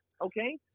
okay